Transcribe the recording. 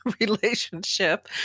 relationship